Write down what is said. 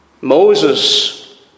Moses